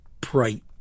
bright